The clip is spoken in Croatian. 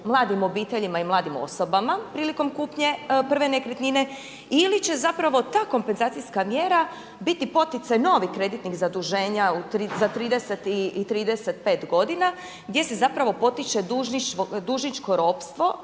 mladim obiteljima i mladim osobama prilikom kupnje prve nekretnine ili će ta kompenzacijska mjera biti poticaj novih kreditnih zaduženja za 35 godina gdje se potiče dužničko ropstvo